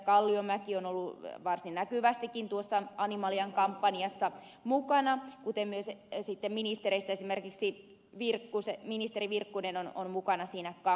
kalliomäki on ollut varsin näkyvästikin animalian kampanjassa mukana kuten myös ministereistä esimerkiksi ministeri virkkunen on mukana siinä kampanjassa